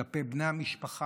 כלפי בני המשפחה.